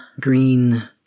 green